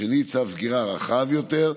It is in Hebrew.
השני, צו סגירה רחב יותר,